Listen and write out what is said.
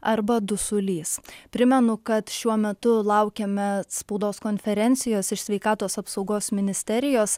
arba dusulys primenu kad šiuo metu laukiame spaudos konferencijos iš sveikatos apsaugos ministerijos